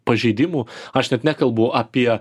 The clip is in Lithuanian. pažeidimų aš net nekalbu apie